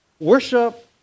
Worship